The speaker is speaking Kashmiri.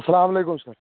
اسلامُ علیکم سَر